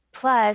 Plus